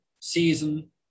season